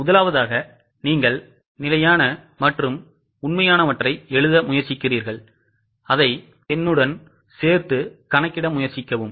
முதலாவதாக நீங்கள் நிலையான மற்றும் உண்மையானவற்றை எழுத முயற்சிக்கிறீர்கள் அதை என்னுடன் சேர்த்து தீர்க்க முயற்சிக்கவும்